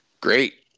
Great